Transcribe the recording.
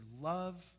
love